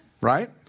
right